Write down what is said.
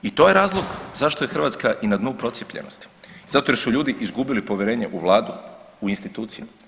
I to je razlog zašto je Hrvatska i na dnu procijepljenosti, zato jer su ljudi izgubili povjerenje u vladu, u institucije.